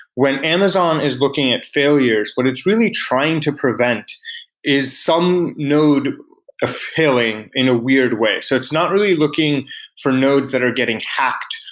when amazon is looking at failures, what it's really trying to prevent is some node failing in a weird way so it's not really looking for nodes that are getting hacked,